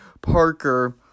Parker